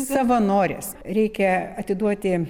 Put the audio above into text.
savanorės reikia atiduoti